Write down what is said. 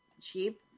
cheap